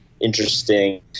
interesting